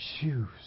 Shoes